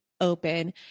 open